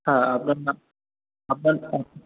হ্যাঁ আপনার না আপনার নাম